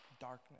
darkness